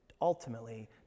ultimately